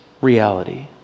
reality